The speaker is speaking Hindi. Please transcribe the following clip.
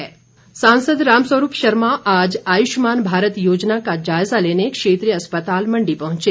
रामस्वरूप सांसद रामस्वरूप शर्मा आज आयुष्मान भारत योजना का जायजा लेने क्षेत्रीय अस्पताल मंडी पहुंचे